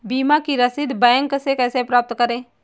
बीमा की रसीद बैंक से कैसे प्राप्त करें?